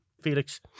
Felix